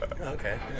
Okay